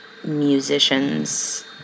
musicians